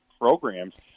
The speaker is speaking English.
programs